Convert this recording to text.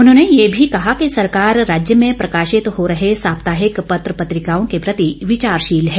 उन्होंने ये भी कहा कि सरकार राज्य में प्रकाशित हो रहे साप्ताहिक पत्र पत्रिकाओं के प्रति विचारशील है